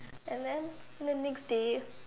and then the next day